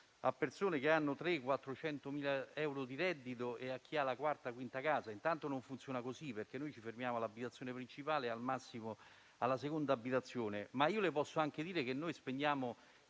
a persone che hanno 300.000 o 400.000 euro di reddito e a chi ha la quarta o la quinta casa. Intanto non funziona così, perché noi ci fermiamo all'abitazione principale e al massimo alla seconda abitazione. Ma io le posso anche dire che noi spendiamo